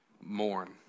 Mourn